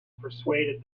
persuaded